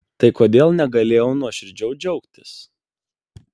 tai kodėl negalėjau nuoširdžiau džiaugtis